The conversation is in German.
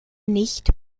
nicht